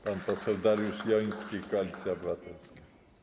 Pan poseł Dariusz Joński, Koalicja Obywatelska.